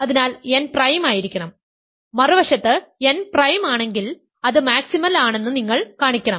അതിനാൽ n prime ആയിരിക്കണം മറുവശത്ത് n പ്രൈം ആണെങ്കിൽ അത് മാക്സിമൽ ആണെന്ന് നിങ്ങൾ കാണിക്കണം